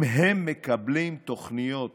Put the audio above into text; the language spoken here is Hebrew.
אם הם מקבלים תוכניות